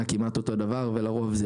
ולרוב,